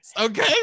okay